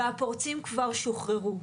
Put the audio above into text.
והפורצים כבר שוחררו.